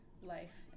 life